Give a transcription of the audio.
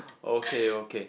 okay okay